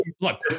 look